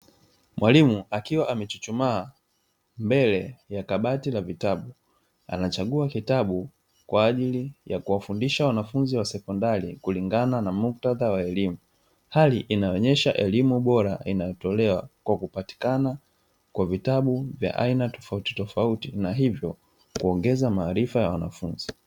Mwalimu akiwa amechuchumaa mbele ya kabati la vitabu, anachagua kitabu kwa ajili ya kuwafudisha wanafunzi wa sekondari kulingana na muktadha wa elimu, hali inayoonesha elimu bora inayotolewa kwa kupatikana kwa vitabu vya aina tofautitofauti na hivyo kuongeza maarifa ya wanafunzi.